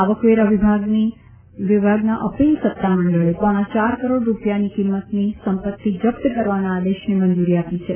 આવક વેરા વિભાગના અપીલ સત્તા મંડળે પોણા ચાર કરોડ રૂપિયાની કિંમતની સંપત્તિ જપ્ત કરવાના આદેશને મંજુરી આપી છે